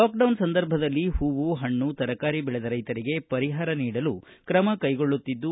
lockdown ಸಂದರ್ಭದಲ್ಲಿ ಹೂವು ಹಣ್ಣು ತರಕಾರಿ ಬೆಳೆದ ರೈತರಿಗೆ ಪರಿಹಾರ ನೀಡಲು ಕ್ರಮ ಕ್ಕೆಗೊಳ್ಳುತ್ತಿದ್ದು